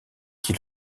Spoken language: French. qui